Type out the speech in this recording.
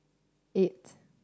eight